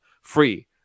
free